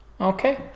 Okay